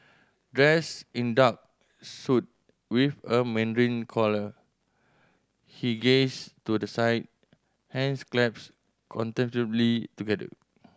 dressed in dark suit with a mandarin collar he gazed to the side hands clasped contemplatively together